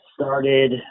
started